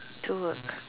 to work